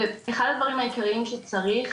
ואחד הדברים העיקריים שצריך